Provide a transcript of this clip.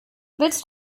willst